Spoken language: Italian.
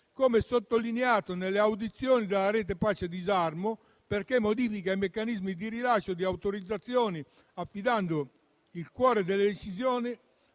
come sottolineato in sede di audizione dalla Rete italiana pace e disarmo, perché modifica i meccanismi di rilascio di autorizzazioni, affidando il cuore delle decisioni